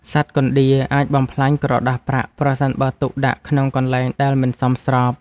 សត្វកណ្តៀរអាចបំផ្លាញក្រដាសប្រាក់ ប្រសិនបើទុកដាក់ក្នុងកន្លែងដែលមិនសមស្រប។